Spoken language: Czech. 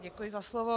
Děkuji za slovo.